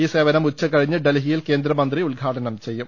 ഈ സേവനം ഉച്ചകഴിഞ്ഞ് ഡൽഹിയിൽ കേന്ദ്രമന്ത്രി ഉദ്ഘാടനം ചെയ്യും